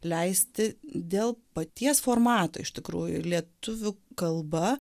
leisti dėl paties formato iš tikrųjų lietuvių kalba